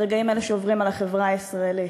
ברגעים האלה שעוברים על החברה הישראלית.